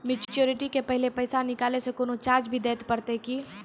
Maturity के पहले पैसा निकालै से कोनो चार्ज भी देत परतै की?